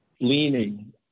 leaning